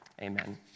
Amen